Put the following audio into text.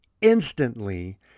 instantly